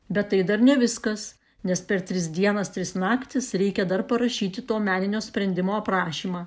bet tai dar ne viskas nes per tris dienas tris naktis reikia dar parašyti to meninio sprendimo aprašymą